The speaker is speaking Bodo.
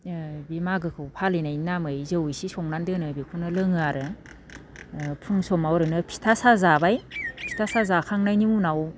बे मागोखौ फालिनायनि नामै जौ इसे संनानै दोनो बेखौनो लोङो आरो फुं समाव ओरैनो फिथा साहा जाबाय फिथा साहा जाखांनायनि उनाव